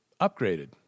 upgraded